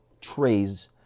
trays